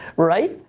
right,